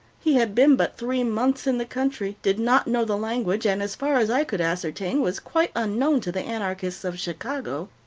he had been but three months in the country, did not know the language, and, as far as i could ascertain, was quite unknown to the anarchists of chicago.